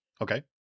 Okay